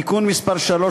(תיקון מס' 3),